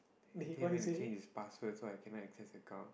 he went to change his password so I cannot access account